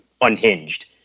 unhinged